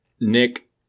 Nick